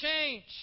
change